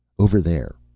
over there,